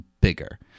bigger